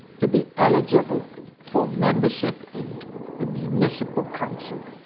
to be eligible for membership in the municipal council,